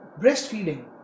breastfeeding